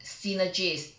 synergies